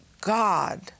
God